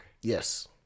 Yes